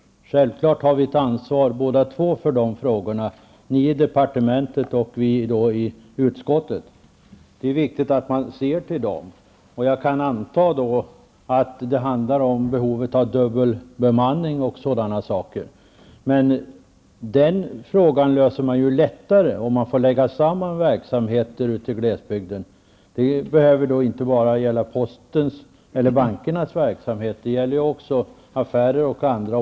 Självklart har ni i departementet och vi i utskottet båda ett ansvar för arbetsmiljön. I det här fallet antar jag att det handlar om behovet av dubbel bemanning och liknande. Ett sådant problem löses lättare om man ute i glesbygden får lägga samman verksamheter. Det gäller inte bara postens och bankernas verksamheter utan också affärers och andras.